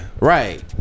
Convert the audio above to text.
Right